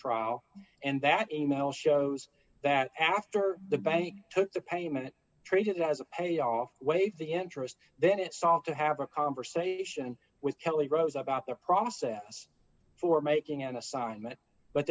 trial and that e mail shows that after the bank took the payment treat it as a payoff waive the interest then it's talk to have a conversation with kelly rose about the process for making an assignment but